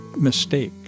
mistake